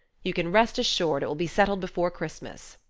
you can rest assured it will be settled before christmas.